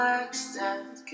extend